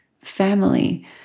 family